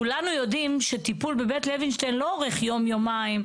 כולנו יודעים שטיפול בבית לוינשטיין לא אורך יום-יומיים,